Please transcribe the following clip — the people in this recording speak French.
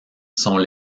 sont